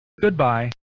Goodbye